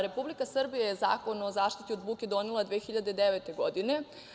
Republika Srbija je Zakon o zaštiti od buke donela 2009. godine.